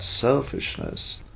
selfishness